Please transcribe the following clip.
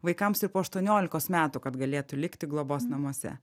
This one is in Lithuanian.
vaikams ir po aštuoniolikos metų kad galėtų likti globos namuose